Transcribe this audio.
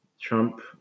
Trump